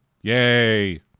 Yay